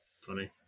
Funny